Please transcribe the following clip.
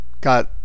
got